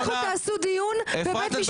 לכו תעשו דיון בבית משפט.